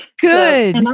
Good